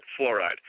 Fluoride